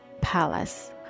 Palace